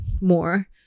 more